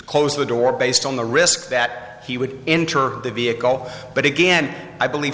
the door based on the risk that he would enter the vehicle but again i believe